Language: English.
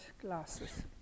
glasses